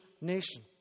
nation